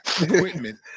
equipment